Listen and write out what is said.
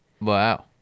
Wow